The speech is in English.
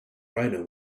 rhino